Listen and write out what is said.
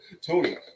Tony